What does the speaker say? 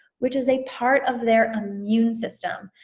which is a part of their immune system.